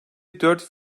dört